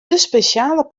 spesjale